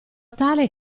tale